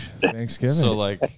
Thanksgiving